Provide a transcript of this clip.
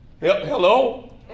hello